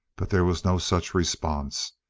but there was no such response.